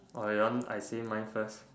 you want I say mine first